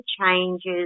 changes